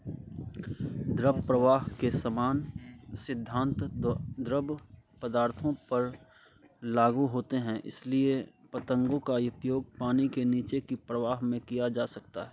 द्रव्य प्रवाह के समान सिद्धांत द्रव्य पदार्थों पर लागू होते हैं इसलिए पतंगो का उपयोग पानी के नीचे की प्रवाह में किया जा सकता है